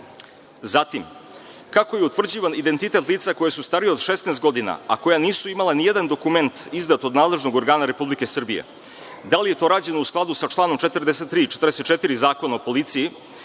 Zatim, kako je utvrđivan identitet lica koja su starija od 16 godina, a koja nisu imala nijedan dokument izdat od nadležnog organa Republike Srbije? Da li je to rađeno u skladu sa članom 43. i 44. Zakona o policiji